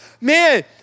man